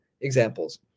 examples